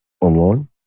online